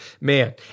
man